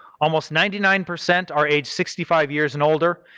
almost ninety nine percent are age sixty five years and older.